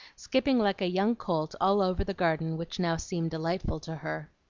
skipping like a young colt all over the garden, which now seemed delightful to her.